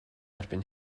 erbyn